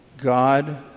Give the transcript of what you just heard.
God